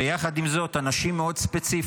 ויחד עם זאת, אנשים מאוד ספציפיים,